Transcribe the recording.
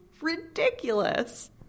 ridiculous